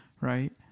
right